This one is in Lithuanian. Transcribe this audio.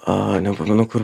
a nepamenu kur